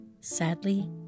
sadly